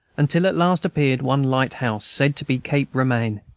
until at last appeared one light-house, said to be cape romaine,